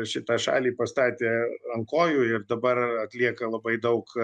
šitą šalį pastatė ant kojų ir dabar atlieka labai daug